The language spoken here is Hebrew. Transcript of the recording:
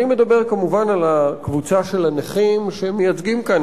אני מדבר כמובן על הקבוצה של הנכים שמייצגים כאן